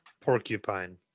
Porcupine